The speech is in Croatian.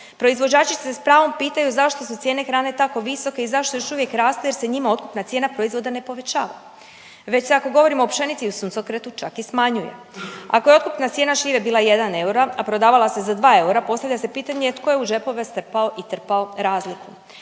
Proizvođači se s pravom pitaju zašto su cijene hrane tako visoke i zašto još uvijek raste jer se njima otkupna cijena proizvoda ne povećava već se ako govorimo o pšenici i suncokretu čak i smanjuje. Ako je otkupna cijena šljive bila 1 euro, a prodavala se za 2 eura postavlja se pitanje tko je u džepove strpao i trpao razliku?